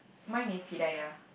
mine is Hidaya